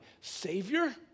Savior